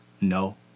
No